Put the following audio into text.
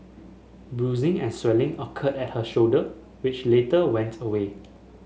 bruising and swelling occurred at her shoulder which later went away